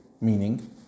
meaning